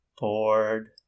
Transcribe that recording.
bored